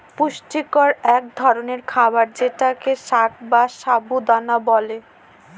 পুষ্টিকর এক ধরনের খাবার যেটাকে সাগ বা সাবু দানা বলে